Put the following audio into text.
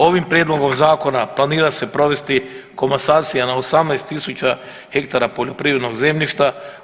Ovim prijedlogom zakona planira se provesti komasacija na 18000 ha poljoprivrednog zemljišta.